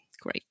great